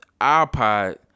iPod